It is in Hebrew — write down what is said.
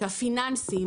הפיננסיים,